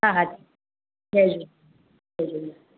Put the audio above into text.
हा जय झूले जय झूले